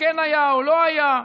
שכן היה או לא היה.